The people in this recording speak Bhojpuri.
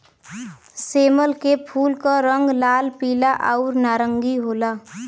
सेमल के फूल क रंग लाल, पीला आउर नारंगी होला